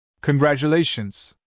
Congratulations